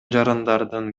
жарандардын